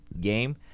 game